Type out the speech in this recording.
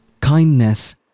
kindness